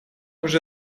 уже